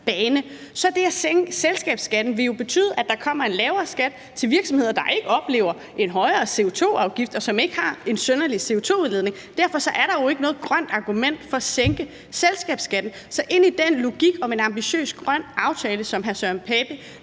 bane, vil det at sænke selskabsskatten jo betyde, at der kommer en lavere skat for virksomheder, der ikke oplever en højere CO2-afgift, og som ikke har nogen synderlig CO2-udledning. Derfor er der jo ikke noget grønt argument for at sænke selskabsskatten. Så med den logik for en ambitiøs grøn aftale, som hr. Søren Pape